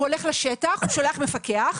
הוא הולך לשטח ושולח מפקח,